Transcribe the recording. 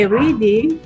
reading